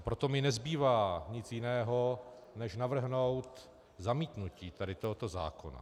Proto mi nezbývá nic jiného než navrhnout zamítnutí tohoto zákona.